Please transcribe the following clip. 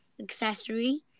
accessory